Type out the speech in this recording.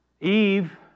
Eve